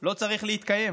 לא צריך להתקיים.